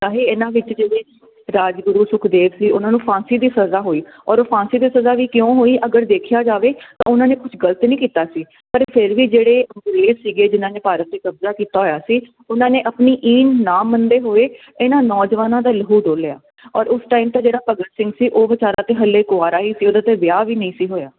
ਚਾਹੇ ਇਹਨਾਂ ਵਿੱਚ ਜਿਹੜੇ ਰਾਜਗੁਰੂ ਸੁਖਦੇਵ ਸੀ ਉਹਨਾਂ ਨੂੰ ਫਾਂਸੀ ਦੀ ਸਜ਼ਾ ਹੋਈ ਔਰ ਉਹ ਫਾਂਸੀ ਦੀ ਸਜ਼ਾ ਵੀ ਕਿਉਂ ਹੋਈ ਅਗਰ ਦੇਖਿਆ ਜਾਵੇ ਤਾਂ ਉਹਨਾਂ ਨੇ ਕੁਝ ਗਲਤ ਨਹੀਂ ਕੀਤਾ ਸੀ ਪਰ ਫਿਰ ਵੀ ਜਿਹੜੇ ਅੰਗਰੇਜ ਸੀਗੇ ਜਿਨਾਂ ਨੇ ਭਾਰਤ ਤੇ ਕਬਜ਼ਾ ਕੀਤਾ ਹੋਇਆ ਸੀ ਉਹਨਾਂ ਨੇ ਆਪਣੀ ਈਨ ਨਾ ਮੰਨਦੇ ਹੋਏ ਇਹਨਾਂ ਨੌਜਵਾਨਾਂ ਦਾ ਲਹੂ ਡੋਲਿਆ ਔਰ ਉਸ ਟਾਈਮ ਤਾਂ ਜਿਹੜਾ ਭਗਤ ਸਿੰਘ ਸੀ ਉਹ ਵਿਚਾਰਾ ਤੇ ਹੱਲੇ ਕੁਆਰਾ ਹੀ ਸੀ ਉਹਦੇ ਤੇ ਵਿਆਹ ਵੀ ਨਹੀਂ ਸੀ ਹੋਇਆ